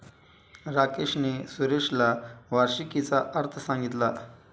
राकेशने सुरेशला वार्षिकीचा अर्थ सांगितला